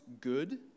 good